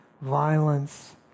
violence